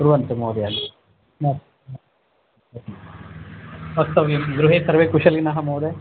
कुर्वन्तु महोदय वक्तव्यं गृहे सर्वे कुशलिनः महोदय